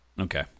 Okay